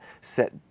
set